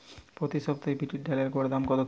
প্রতি সপ্তাহে বিরির ডালের গড় দাম কত থাকে?